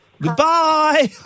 Goodbye